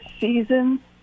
season